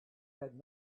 had